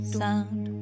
sound